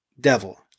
Devil